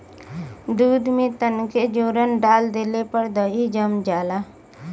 दूध में तनके जोरन डाल देले पर दही जम जाला